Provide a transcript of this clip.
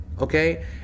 Okay